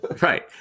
right